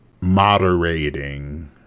moderating